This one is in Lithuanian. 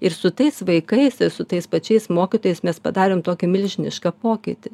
ir su tais vaikais ir su tais pačiais mokytojais mes padarėm tokį milžinišką pokytį